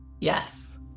yes